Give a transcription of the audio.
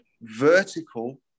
vertical